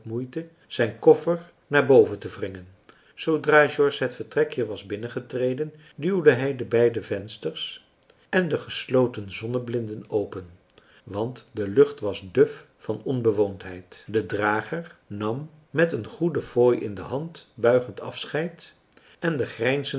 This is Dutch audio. moeite zijn koffer naar boven te wringen zoodra george het vertrekje was binnengetreden duwde hij de beide vensters en de gesloten zonneblinden open want de lucht was duf van onbewoondheid de drager nam met een goede fooi in de hand buigend afscheid en de